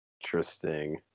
Interesting